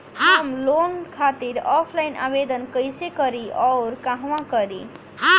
हम लोन खातिर ऑफलाइन आवेदन कइसे करि अउर कहवा करी?